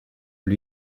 lui